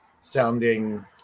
sounding